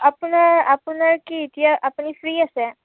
আপোনাৰ আপোনাৰ কি এতিয়া আপুনি ফ্ৰি আছে